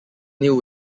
new